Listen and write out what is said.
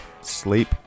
sleep